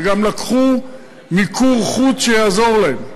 הם גם לקחו מיקור חוץ שיעזור להם,